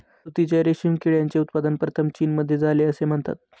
तुतीच्या रेशीम किड्याचे उत्पादन प्रथम चीनमध्ये झाले असे म्हणतात